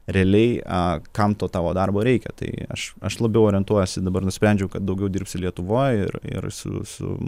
realiai a kam to tavo darbo reikia tai aš aš labiau orientuojuosi dabar nusprendžiau kad daugiau dirbsiu lietuvoj ir ir su su